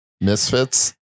Misfits